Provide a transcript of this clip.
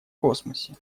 космосе